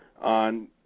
on